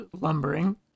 lumbering